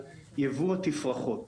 מתי הוא סיים את תפקידו גרוטו?